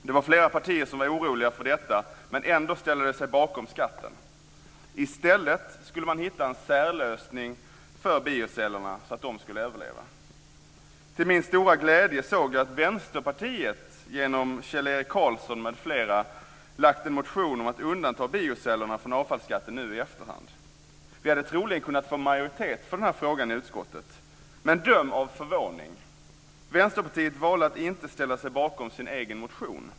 Det var flera partier som var oroliga för detta, men ändå ställde de sig bakom skatten. I stället skulle man hitta en särlösning för biocellerna så att de skulle överleva. Till min stora glädje såg jag att Vänsterpartiet genom Kjell-Erik Karlsson m.fl. lagt fram en motion om att undanta biocellerna från avfallsskatten nu i efterhand. Vi hade troligen kunnat få majoritet för den här frågan i utskottet, men döm om vår förvåning när Vänsterpartiet valde att inte ställa sig bakom sin egen motion.